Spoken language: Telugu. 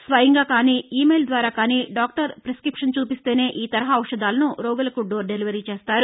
స్వయంగా గానీ ఈ మెయిల్ ద్వారా కానీ డాక్టర్ ప్రిస్కిష్షన్ చూపిస్తేనే ఈ తరహా ఔషధాలను రోగులకు డోర్ డెలివరీ చేస్తారు